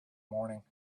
morning